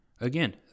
Again